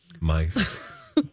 mice